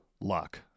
luck